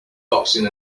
boxing